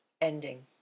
ending